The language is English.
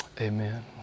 Amen